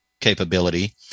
capability